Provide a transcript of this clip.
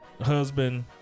husband